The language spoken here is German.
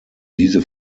diese